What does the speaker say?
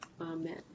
Amen